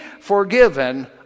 forgiven